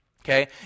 okay